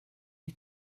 you